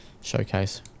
showcase